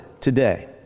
today